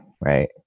right